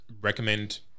recommend